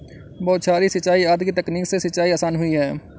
बौछारी सिंचाई आदि की तकनीक से सिंचाई आसान हुई है